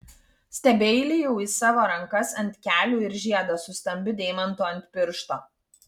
stebeilijau į savo rankas ant kelių ir žiedą su stambiu deimantu ant piršto